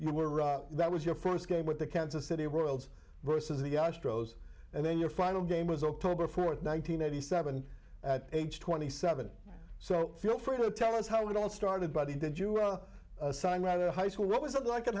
you were right that was your first game with the kansas city royals versus the astros and then your final game was oktober four thousand nine hundred eighty seven at age twenty seven so feel free to tell us how it all started but he did you well sign rather high school what was it like in